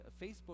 Facebook